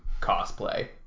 cosplay